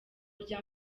rya